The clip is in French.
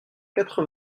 quatre